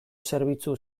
zerbitzu